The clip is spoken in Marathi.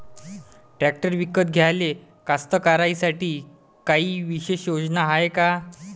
ट्रॅक्टर विकत घ्याले कास्तकाराइसाठी कायी विशेष योजना हाय का?